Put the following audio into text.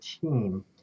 team